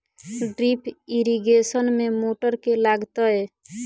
Drip irrigation मे motor केँ लागतै?